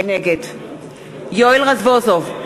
נגד יואל רזבוזוב,